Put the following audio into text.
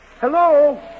Hello